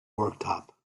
worktop